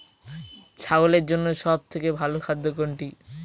ছাগলের জন্য সব থেকে ভালো খাদ্য কোনটি?